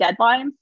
deadlines